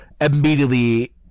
immediately